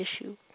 issue